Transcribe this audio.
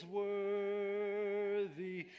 worthy